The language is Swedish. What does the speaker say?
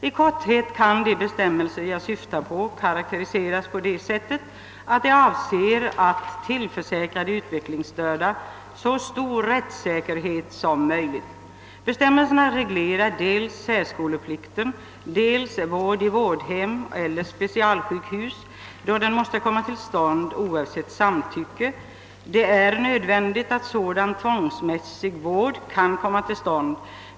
I korthet kan de bestämmelser jag syftar på karakteriseras så, att de avser att tillförsäkra de utvecklingsstörda så stor rättssäkerhet som möjligt. Bestämmelserna reglerar dels särskoleplikten, dels vård i vårdhem eller på specialsjukhus då den måste komma till stånd oavsett samtycke — det är i vissa fall nödvändigt att sådan tvångsmässig vård kan komma till stånd.